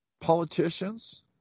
politicians